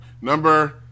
Number